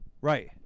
right